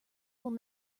will